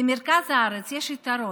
למרכז הארץ יש יתרון,